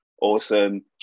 awesome